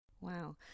Wow